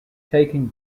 taking